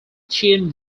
chin